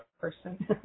person